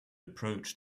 approach